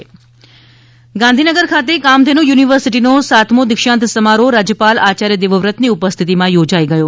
રાજ્યપાલ આચાર્ય દેવવ્રત ગાંધીનગર ખાતે કામધેનુ યુનિવર્સિટીનો સાતમો દીક્ષાંત સમારોહ રાજ્યપાલ આયાર્થ દેવવ્રતની ઉપસ્થિતિમાં યોજાઇ ગયો